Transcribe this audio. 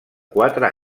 quatre